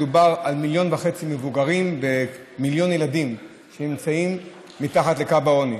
מדובר על מיליון וחצי מבוגרים ומיליון ילדים שנמצאים מתחת לקו העוני,